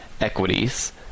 equities